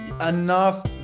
enough